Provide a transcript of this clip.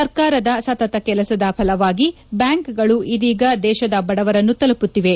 ಸರ್ಕಾರದ ಸತತ ಕೆಲಸದ ಫಲವಾಗಿ ಬ್ಯಾಂಕ್ಗಳು ಇದೀಗ ದೇಶದ ಬಡವರನ್ನು ತಲುಮತ್ತಿವೆ